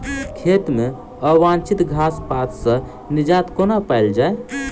खेत मे अवांछित घास पात सऽ निजात कोना पाइल जाइ?